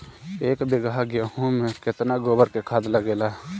एक बीगहा गेहूं में केतना गोबर के खाद लागेला?